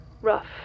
rough